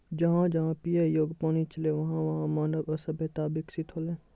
जहां जहां पियै योग्य पानी छलै वहां वहां मानव सभ्यता बिकसित हौलै